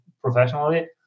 professionally